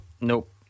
Nope